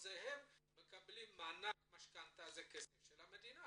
הם מקבלים מענק, משכנתא, זה כסף של המדינה